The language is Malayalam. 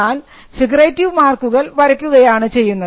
എന്നാൽ ഫിഗറേറ്റീവ് മാർക്കുകൾ വരയ്ക്കുകയാണ് ചെയ്യുന്നത്